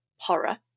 horror